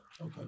okay